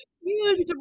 Huge